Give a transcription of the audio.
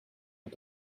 est